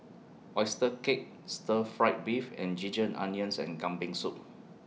Oyster Cake Stir Fry Beef and Ginger Onions and Kambing Soup